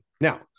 Now